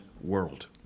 world